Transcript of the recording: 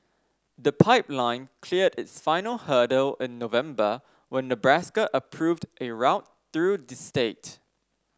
the pipeline cleared its final hurdle in November when Nebraska approved a route through the state